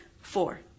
four